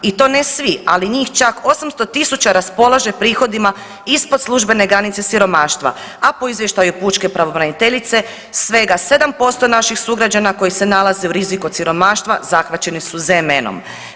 I to ne svi, ali njih čak 800.000 raspolaže prihodima ispod službene granice siromaštva, a po izvještaju pučke pravobraniteljice svega 7% naših sugrađana koji se nalaze u riziku od siromaštva zahvaćeni su ZMN-om.